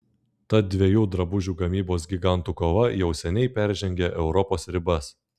tad dviejų drabužių gamybos gigantų kova jau seniai peržengė europos ribas